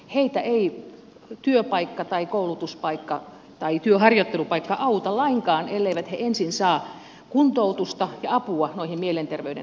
heitä ei työpaikka tai koulutuspaikka tai työharjoittelupaikka auta lainkaan elleivät he ensin saa kuntoutusta ja apua noihin mielenterveyden häiriöihin